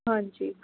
ਹਾਂਜੀ